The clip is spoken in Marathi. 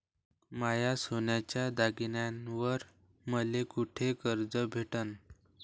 माया सोन्याच्या दागिन्यांइवर मले कुठे कर्ज भेटन?